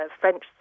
French